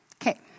Okay